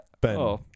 Ben